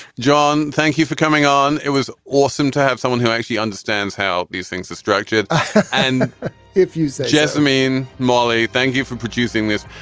john thank you for coming on. it was awesome to have someone who actually understands how these things are structured and if you suggest i mean molly thank you for producing this.